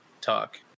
talk